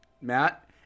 Matt